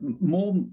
more